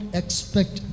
expect